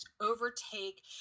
overtake